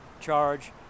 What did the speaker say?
charge